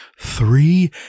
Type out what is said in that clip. Three